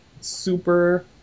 super